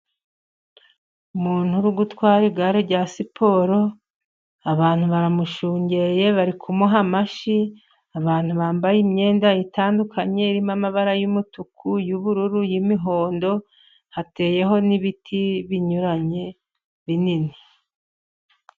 Umuntu uri gutwara igare rya siporo, abantu baramushungereye bari kumuha amashyi. Abantu bambaye imyenda itandukanye irimo amabara y'umutuku, y'ubururu, y'mihondo, hateyeho n'ibiti binyuranye binini.